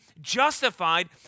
justified